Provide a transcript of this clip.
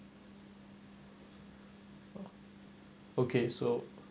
okay so